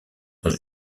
dans